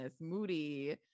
Moody